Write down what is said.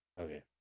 Okay